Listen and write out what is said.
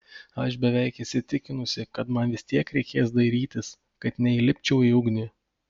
aš beveik įsitikinusi kad man vis tiek reikės dairytis kad neįlipčiau į ugnį